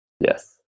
Yes